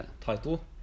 title